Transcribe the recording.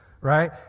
right